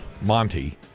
Monty